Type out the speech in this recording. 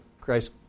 Christ